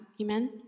Amen